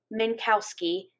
Minkowski